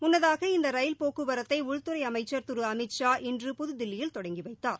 முன்னதாக இந்த ரயில் போக்குவரத்தை உள்துறை அமைச்சர் திரு அமித் ஷா இன்று புதுதில்லியில் தொடங்கி வைத்தார்